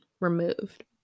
removed